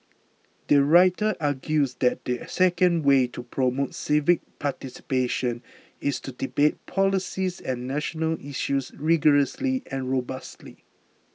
the writer argues that the second way to promote civic participation is to debate policies and national issues rigorously and robustly